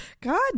God